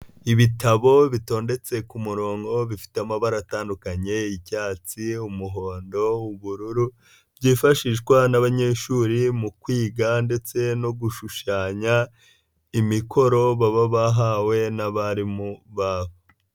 Ibitabo bitondetse ku murongo bifite amabara atandukanye, icyatsi, umuhondo, ubururu, byifashishwa n'abanyeshuri mu kwiga ndetse no gushushanya imikoro baba bahawe n'abarimu babo.